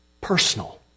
personal